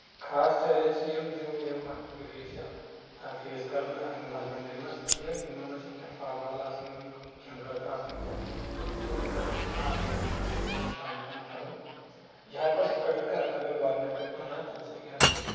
خاص چرٲے چھِ یِم زِ یِم گریٖس چھِ اتھ فیس کران اینمل ہسبیٚنڈری منٛز سُہ چھِ یہِ یِمن منٛز چھِنہٕ پھل ول آسان یِمن کھٮ۪نہٕ خٲطرٕ آسان کینٛہہ تمہِ سۭتۍ چھِ یِمن دِقت مُشکِلس سامنہٕ پیوان کَرُن یہِ ہٮ۪کو أسۍ تِتھ کٲٹھۍ رُکٲوِتھ اَگر گورمینٛٹ کرِ کینٛہہ مدد تمہِ سۭتۍ ہٮ۪کہِ یہِ رُکِتھ